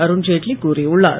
அருண் ஜெட்லி கூறியுள்ளார்